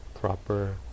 proper